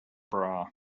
bra